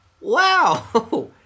wow